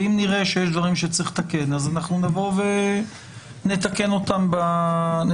אם נראה שיש דברים שצריך לתקן נבוא ונתקן אותם בהמשך.